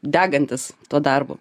degantys tuo darbu